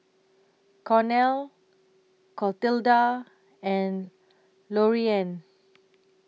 Cornel Clotilda and Loriann